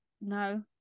No